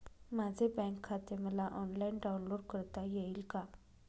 माझे बँक खाते मला ऑनलाईन डाउनलोड करता येईल का?